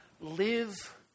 live